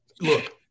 look